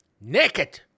Naked